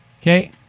Okay